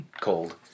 cold